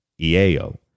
IAO